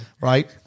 Right